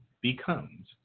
becomes